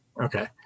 Okay